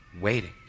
Waiting